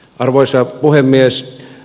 arvoisa puhemies